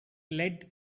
lead